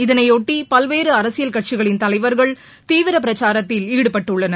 இதனையொட்டி பல்வேறு அரசியல் கட்சிகளின் தலைவர்கள் தீவிர பிரச்சாரத்தில் ஈடுபட்டுள்ளனர்